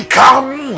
come